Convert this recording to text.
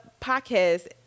podcast